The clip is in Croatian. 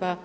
Pa